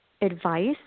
advice